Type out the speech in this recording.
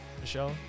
Michelle